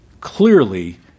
clearly